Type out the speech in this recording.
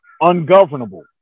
ungovernable